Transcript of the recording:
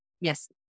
Yes